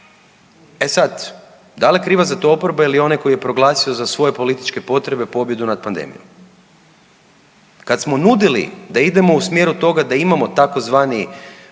E sad, da li je kriva za to oporba ili onaj koji je proglasio za svoje političke potrebe pobjedu nad pandemijom? Kad smo nudili da idemo u smjeru toga da imamo tzv.